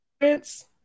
difference